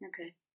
Okay